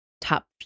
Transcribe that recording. Top